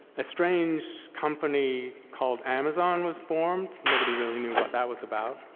a strange company called amazon was formed. nobody really knew what that was about.